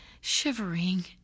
shivering